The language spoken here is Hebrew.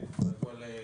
קודם כול,